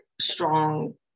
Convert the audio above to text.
strong